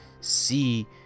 see